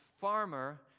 farmer